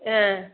ஆ